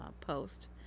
post